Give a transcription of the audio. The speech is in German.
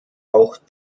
auch